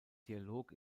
dialog